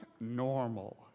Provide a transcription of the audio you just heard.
normal